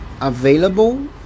available